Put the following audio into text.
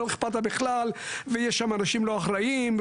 אכפת בכלל ושיש שם אנשים לא אחראיים,